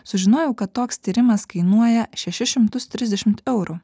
sužinojau kad toks tyrimas kainuoja šešis šimtus trisdešimt eurų